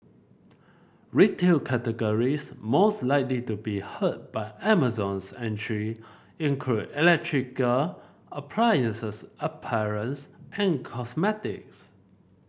retail categories most likely to be hurt by Amazon's entry include electrical appliances apparels and cosmetics